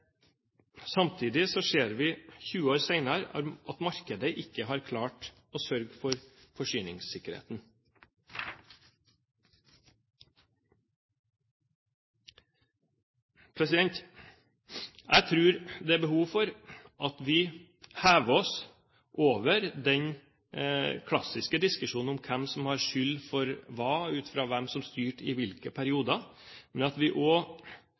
Samtidig ser vi 20 år senere at markedet ikke har klart å sørge for forsyningssikkerheten. Jeg tror det er behov for at vi hever oss over den klassiske diskusjonen om hvem som har skyld for hva ut fra hvem som styrte i hvilke perioder, og at vi evner å løfte blikket til et mer overordnet nivå og